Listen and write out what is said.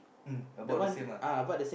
mm about the same ah